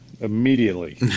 immediately